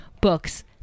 books